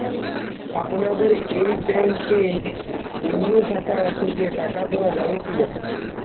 আপনাদের এই ব্যাংকের অন্য শাখা থেকে টাকা তোলা যাবে কি না?